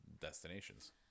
destinations